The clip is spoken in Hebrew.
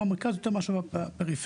במרכז יותר מאשר בפריפריה.